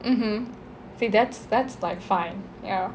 mmhmm see that's that's like fine ya